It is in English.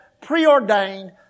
preordained